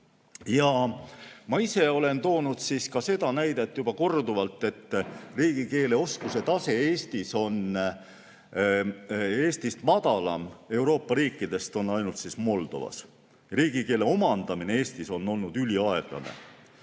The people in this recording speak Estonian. Ma ise olen toonud seda näidet juba korduvalt, et riigikeeleoskuse tase on Eestist madalam Euroopas on ainult Moldovas. Riigikeele omandamine Eestis on olnud üliaeglane.